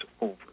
over